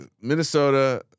Minnesota